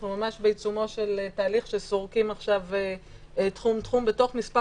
אנחנו ממש בעיצומו של תהליך שסורקים עכשיו תחום-תחום בתוך מספר